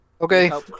Okay